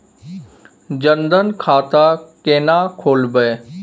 जनधन खाता केना खोलेबे?